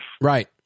Right